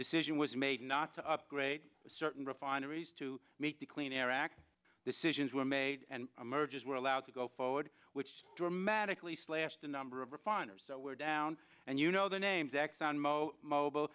decision was made not to upgrade certain refineries to meet the clean air act decisions were made and emerges were allowed to go forward which dramatically slash the number of refiners were down and you know their names exxon mobil mobil